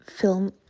film